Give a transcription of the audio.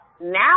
Now